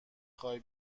خوای